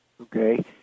Okay